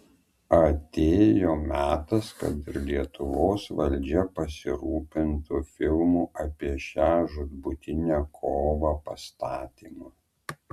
atėjo metas kad ir lietuvos valdžia pasirūpintų filmų apie šią žūtbūtinę kovą pastatymu